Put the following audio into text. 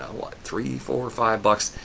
ah what? three, four, or five bucks.